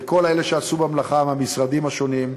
לכל אלה שעשו במלאכה מהמשרדים השונים,